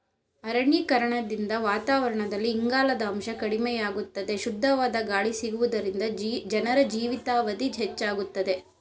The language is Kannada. ಅರಣ್ಯೀಕರಣದಿಂದ ವಾತಾವರಣದಲ್ಲಿ ಇಂಗಾಲದ ಅಂಶ ಕಡಿಮೆಯಾಗುತ್ತದೆ, ಶುದ್ಧವಾದ ಗಾಳಿ ಸಿಗುವುದರಿಂದ ಜನರ ಜೀವಿತಾವಧಿ ಹೆಚ್ಚಾಗುತ್ತದೆ